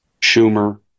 Schumer